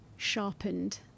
sharpened